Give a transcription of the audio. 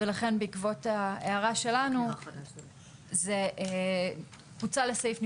ולכן בעקבות ההערה שלנו זה פוצל לסעיף נפרד,